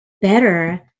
better